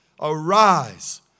Arise